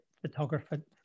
photographer